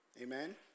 Amen